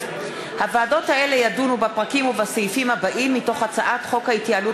הוועדות האלה ידונו בפרקים ובסעיפים הבאים מתוך הצעת חוק ההתייעלות